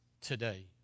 today